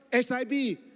SIB